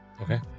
Okay